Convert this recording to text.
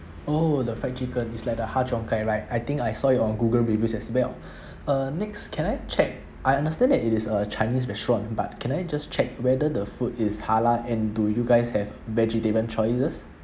oh the fried chicken is like the har cheong gai right I think I saw it on google reviews as well uh next can I check I understand that it is a chinese restaurant but can I just check whether the food is halal and do you guys have vegetarian choices